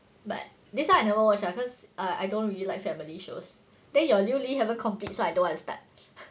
but this one I never watch lah cause ah I don't really like family shows then your newly haven't complete so I don't want to start